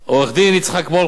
עורך-הדין יצחק מולכו,